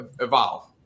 evolve